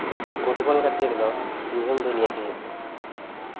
football ᱠᱷᱮᱞ ᱨᱮᱫᱚ ᱱᱤᱭᱚᱢ ᱫᱚ ᱤᱱᱟᱹᱜᱮ ᱦᱩᱭᱩᱜ ᱠᱟᱱᱟ